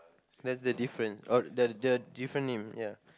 there's the different oh the the different name ya